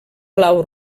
blau